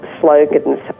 slogans